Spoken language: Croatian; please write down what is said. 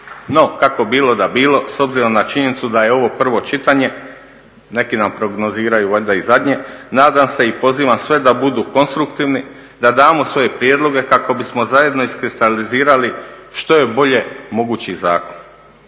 No kako bilo da bilo s obzirom na činjenicu da je ovo prvo čitanje neki nam prognoziraju valjda i zadnje nadam se i pozivam sve da budu konstruktivni, da damo svoje prijedloge kako bismo zajedno iskristalizirali što je bolje mogući zakon.